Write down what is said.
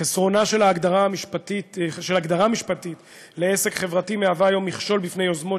חסרונה של הגדרה משפטית לעסק חברתי היא היום מכשול בפני יוזמות